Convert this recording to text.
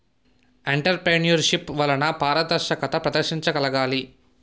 entrepreneurship వలన పారదర్శకత ప్రదర్శించగలగాలి